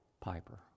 Piper